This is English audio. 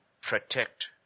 protect